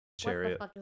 chariot